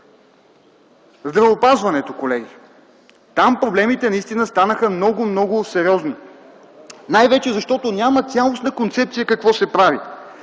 Здравеопазването, колеги. Там проблемите наистина станаха много, много сериозни, най-вече, защото няма цялостна концепция какво се прави